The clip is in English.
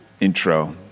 intro